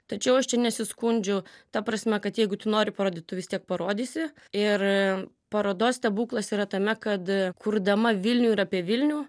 tačiau aš čia nesiskundžiu ta prasme kad jeigu tu nori parodyt tu vis tiek parodysi ir parodos stebuklas yra tame kad kurdama vilniuj ir apie vilnių